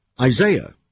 Isaiah